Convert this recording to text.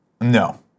No